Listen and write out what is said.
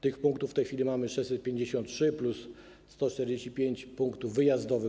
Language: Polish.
Tych punktów w tej chwili mamy 653 plus 145 punktów wyjazdowych.